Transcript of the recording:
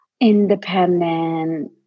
independent